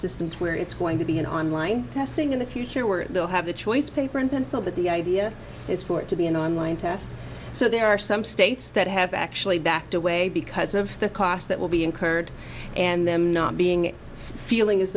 systems where it's going to be an online testing in the future where they'll have the choice paper and pencil but the idea is for it to be an online test so there are some states that have actually backed away because of the cost that will be incurred and them not being feeling as